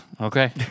okay